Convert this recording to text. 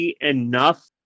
enough